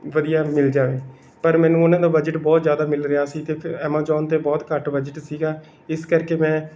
ਵਧੀਆ ਮਿਲ ਜਾਵੇ ਪਰ ਮੈਨੂੰ ਉਹਨਾਂ ਦਾ ਬਜਟ ਬਹੁਤ ਜ਼ਿਆਦਾ ਮਿਲ ਰਿਹਾ ਸੀ ਅਤੇ ਫ ਐਮਾਜੋਨ 'ਤੇ ਬਹੁਤ ਘੱਟ ਬਜਟ ਸੀਗਾ ਇਸ ਕਰਕੇ ਮੈਂ